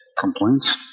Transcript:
complaints